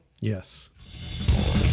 Yes